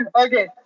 Okay